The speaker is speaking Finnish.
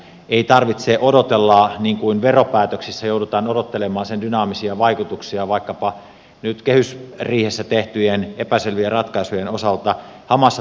ei tarvitse odotella niin kuin veropäätöksissä joudutaan odottelemaan niiden dynaamisia vaikutuksia vaikkapa nyt kehysriihessä tehtyjen epäselvien ratkaisujen osalta hamaan tulevaisuuteen